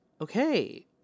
Okay